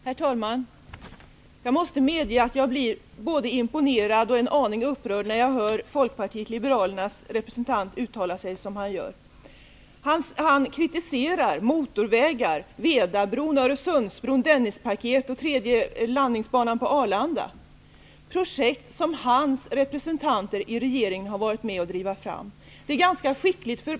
Herr talman! Jag måste medge att jag blir både imponerad och en aning upprörd när jag hör Folkpartiet liberalernas representant uttala sig som han gör. Han kritiserar motorvägar, Vedabron, Öresundsbron, Dennispaketet och den tredje landningsbanan på Arlanda. Det är projekt som hans representanter i regeringen har varit med om att driva fram. Det är ganska skickligt.